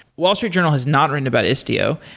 wall street journal has not written about istio.